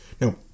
Now